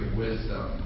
wisdom